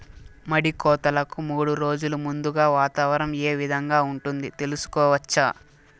మడి కోతలకు మూడు రోజులు ముందుగా వాతావరణం ఏ విధంగా ఉంటుంది, తెలుసుకోవచ్చా?